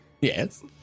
Yes